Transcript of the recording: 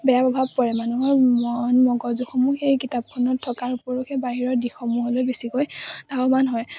বেয়া প্ৰভাৱ পৰে মানুহৰ মন মগজুসমূহ সেই কিতাপখনত থকাৰ উপৰিও সেই বাহিৰৰ দিশসমূহলৈ বেছিকৈ ধাৱমান হয়